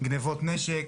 גנבות נשק,